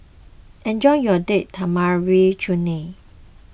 enjoy your Date Tamarind Chutney